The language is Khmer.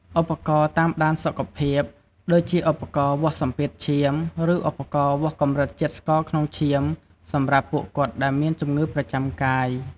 ឧបករណ៍តាមដានសុខភាព ដូចជាឧបករណ៍វាស់សម្ពាធឈាម ឬឧបករណ៍វាស់កម្រិតជាតិស្ករក្នុងឈាម សម្រាប់ពួកគាត់ដែលមានជំងឺប្រចាំកាយ។